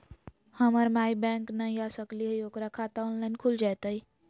हमर माई बैंक नई आ सकली हई, ओकर खाता ऑनलाइन खुल जयतई?